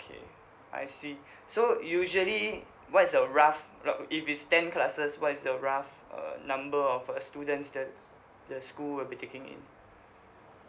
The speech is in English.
okay I see so usually what's the rough rough if it's ten classes what is the rough err number of students that the school will be taking in